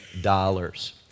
dollars